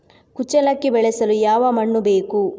ಕುಚ್ಚಲಕ್ಕಿ ಬೆಳೆಸಲು ಯಾವ ಮಣ್ಣು ಬೇಕು?